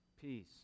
peace